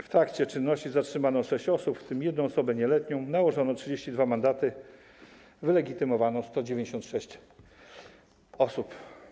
W trakcie czynności zatrzymano 6 osób, w tym 1 osobę nieletnią, nałożono 32 mandaty, wylegitymowano 196 osób.